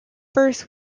birth